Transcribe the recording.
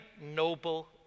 noble